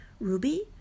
Ruby